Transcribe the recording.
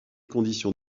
conditions